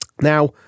Now